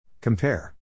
Compare